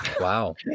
Wow